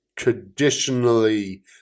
traditionally